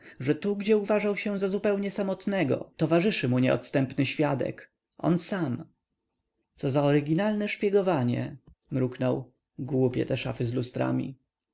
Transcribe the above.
że tu gdzie uważał się za zupełnie samotnego towarzyszy mu nieodstępny świadek on sam co za oryginalne szpiegowanie mruknął głupie te szafy z lustrami